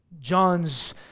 John's